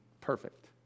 perfect